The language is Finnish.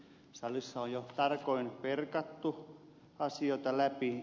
salissa on jo tarkoin perkattu asioita läpi